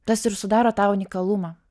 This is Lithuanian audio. tas ir sudaro tą unikalumą